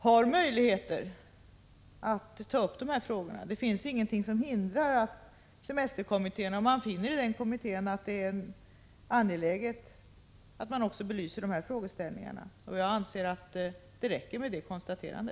Det finns ingenting som hindrar semesterkommittén, om den finner det angeläget, att belysa även de här frågeställningarna. Jag anser att det räcker med detta konstaterande.